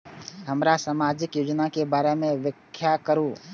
हमरा सामाजिक योजना के बारे में व्याख्या करु?